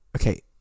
okay